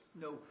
No